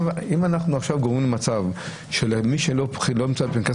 אם אנחנו עכשיו גורמים למצב שמי שלא נמצא בפנקס